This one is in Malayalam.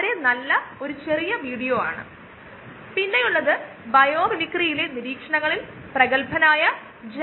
മുൻപത്തെ സ്ലൈഡിൽ നിന്ന് ബയോറിയാക്ടർ എന്നത് ബയോപ്രോസസ്സിന്റെ ഹൃദയം ആണെന്നും ബയോപ്രോസസ്സ് നിലനിൽക്കാൻ നിർബന്ധമാണ് എന്നത് വ്യക്തമാണ്